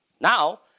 Now